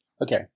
Okay